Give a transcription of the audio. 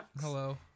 Hello